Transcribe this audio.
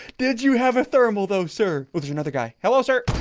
did you have a thermal though, sir? oh, there's another guy. hello, sir